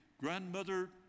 grandmother